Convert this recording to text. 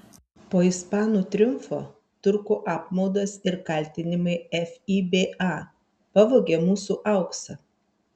po ispanų triumfo turkų apmaudas ir kaltinimai fiba pavogė mūsų auksą